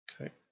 Okay